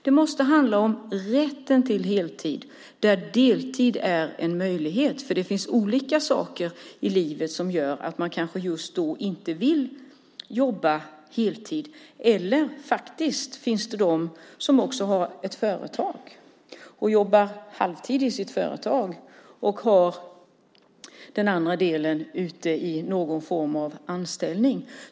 Det måste handla om rätten till heltid med deltid som en möjlighet - det finns olika saker i livet som gör att man kanske inte alltid vill jobba heltid. Det finns faktiskt också de som har ett företag och jobbar halvtid där och halvtid i någon form av anställning.